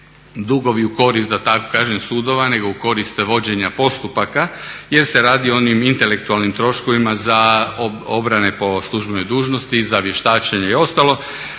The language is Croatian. tako kažem sudova nego u korist vođenja postupaka jer se radi o onim intelektualnim troškovima za obrane po službenoj dužnosti, za vještačenje i ostalo.